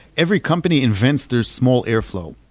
every company invents their small airflow.